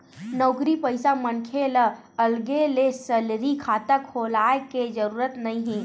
नउकरी पइसा मनखे ल अलगे ले सेलरी खाता खोलाय के जरूरत नइ हे